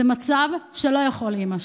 זה מצב שלא יכול להימשך.